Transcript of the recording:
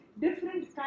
Different